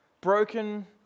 Broken